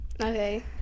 Okay